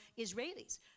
Israelis